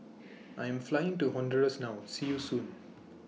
I'm Flying to Honduras now See YOU Soon